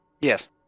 Yes